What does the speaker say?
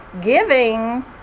giving